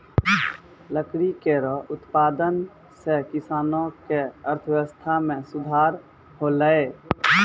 लकड़ी केरो उत्पादन सें किसानो क अर्थव्यवस्था में सुधार हौलय